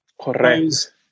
Correct